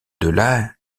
delà